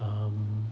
um